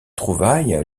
trouvailles